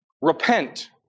repent